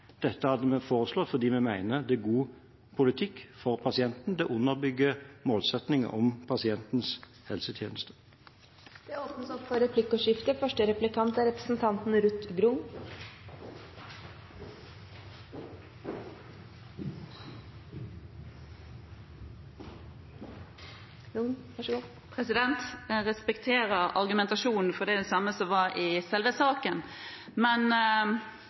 dette. Det er det ikke. Dette har vi foreslått fordi vi mener det er god politikk for pasienten. Det underbygger målsettingen om pasientens helsetjeneste. Det blir replikkordskifte. Jeg respekterer argumentasjonen, for det er den samme som var i selve saken. Men